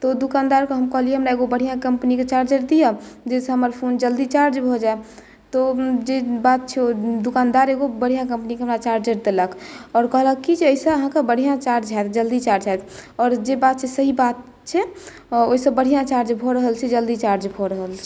तऽ ओ दुकानदारकेँ हम कहलियै हमरा एगो बढ़िआँ कम्पनीके चार्जर दिअ जाहिसँ हमर फोन जल्दी चार्ज भऽ जाय तऽ जे बात छै ओ दुकानदार एगो बढ़िआँ कम्पनीके हमरा चार्जर देलक आओर कहलक कि जे एहिसँ अहाँके बढ़िआँ चार्ज हैत जल्दी चार्ज भऽ जायत आओर जे बात छै सभ सही बात छै ओहिसँ बढ़िआँ चार्ज भऽ रहल छै जल्दी चार्ज भऽ रहल छै